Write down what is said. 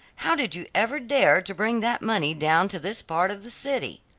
how did you ever dare to bring that money down to this part of the city?